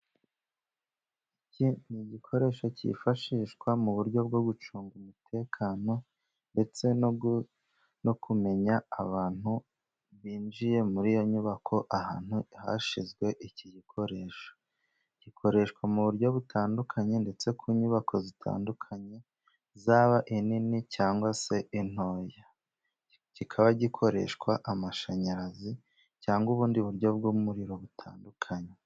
Iki ni igikoresho cyifashishwa mu buryo bwo gucunga umutekano, ndetse no kumenya abantu binjiye muri iyo nyubako ahantu hashyizwe iki gikoresho. Gikoreshwa mu buryo butandukanye, ndetse ku nyubako zitandukanye zaba inini, cyangwa se intoya. Kikaba gikoresha amashanyarazi cyangwa ubundi buryo bw'umuriro butandukanye.